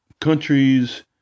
countries